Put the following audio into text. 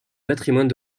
patrimoine